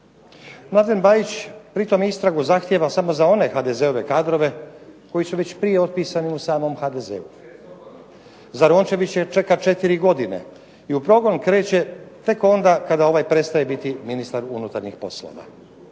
Mladen Bajić pritom istragu zahtijeva samo za one HDZ-ove kadrove koji su već prije otpisani u samom HDZ-u. Za Rončevića čeka 4 godine i u pogon kreće tek onda kada ovaj prestaje biti ministar unutarnjih poslova.